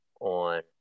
on